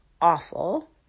awful